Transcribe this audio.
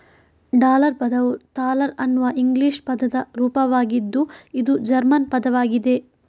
dollar ಪದವು ಥಾಲರ್ ಅನ್ನುವ ಇಂಗ್ಲಿಷ್ ಪದದ ರೂಪವಾಗಿದ್ದು ಇದು ಜರ್ಮನ್ ಪದವಾಗಿದೆ